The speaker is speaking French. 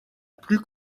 plus